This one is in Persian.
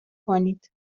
کنید